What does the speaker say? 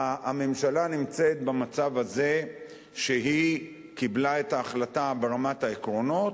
הממשלה נמצאת במצב הזה שהיא קיבלה את ההחלטה ברמת העקרונות,